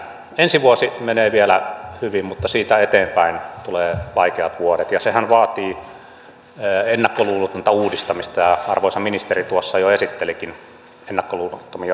ensi vuosi menee vielä hyvin mutta siitä eteenpäin tulevat vaikeat vuodet ja sehän vaatii ennakkoluulotonta uudistamista ja arvoisa ministeri tuossa jo esittelikin ennakkoluulottomia uudistustoimenpiteitä